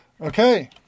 okay